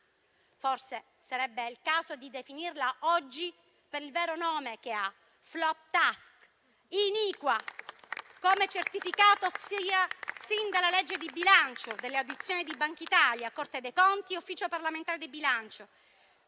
Forse sarebbe il caso di definirla oggi per il vero nome che ha: *flop tax*. È iniqua, come certificato sin dalla legge di bilancio dalle audizioni di Bankitalia, Corte dei conti e Ufficio parlamentare di bilancio,